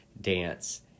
dance